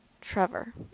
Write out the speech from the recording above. Trevor